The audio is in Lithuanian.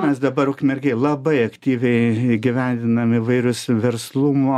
mes dabar ukmergėj labai aktyviai įgyvendinam įvairius verslumo